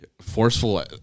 forceful